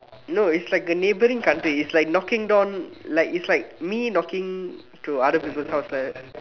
no it's like a neighbouring country it's like knocking door like it's like me knocking to other people's house like that